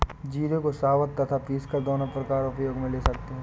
जीरे को साबुत तथा पीसकर दोनों प्रकार उपयोग मे ले सकते हैं